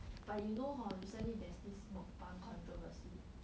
but you know hor recently there's this mukbang controversy